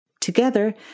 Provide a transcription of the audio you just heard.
Together